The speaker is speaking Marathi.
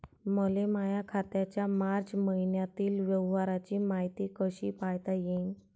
मले माया खात्याच्या मार्च मईन्यातील व्यवहाराची मायती कशी पायता येईन?